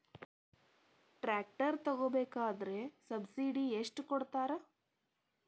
Tractor ತಗೋಬೇಕಾದ್ರೆ subsidy ಎಷ್ಟು ಕೊಡ್ತಾರ?